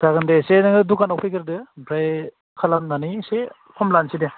जागोन दे एसे नोङो दखानाव फैग्रोदो ओमफ्राय खालामनानै एसे खम लानोसै दे